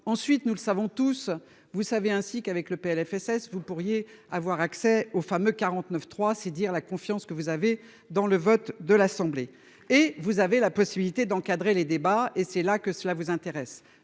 Ensuite, nous le savons tous, vous savez, ainsi qu'avec le PLFSS, vous pourriez avoir accès aux fameux 49 3. C'est dire la confiance que vous avez dans le vote de l'Assemblée et vous avez la possibilité d'encadrer les débats et c'est là que cela vous intéresse,